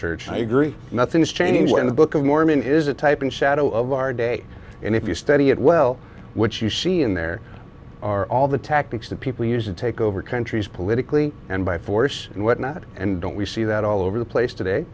church i agree nothing's changed in the book of mormon is a type and shadow of our day and if you study it well which you see in there are all the tactics that people use to take over countries politically and by force and what not and don't we see that all over the place today